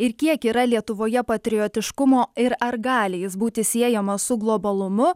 ir kiek yra lietuvoje patriotiškumo ir ar gali jis būti siejamas su globalumu